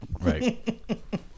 right